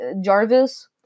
Jarvis